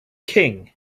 king